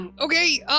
Okay